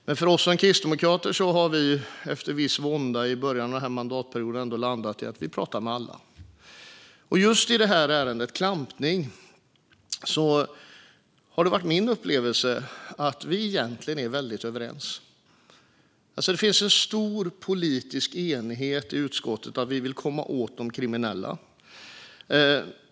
Men vi kristdemokrater har, efter viss vånda i början av den här mandatperioden, landat i att vi pratar med alla. Just i det här ärendet, som handlar om klampning, har min upplevelse varit att vi egentligen är väldigt överens. Det finns en stor politisk enighet i utskottet om att vi vill komma åt de kriminella.